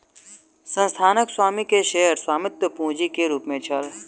संस्थानक स्वामी के शेयर स्वामित्व पूंजी के रूप में छल